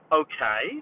okay